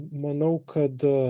manau kad